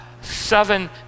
seven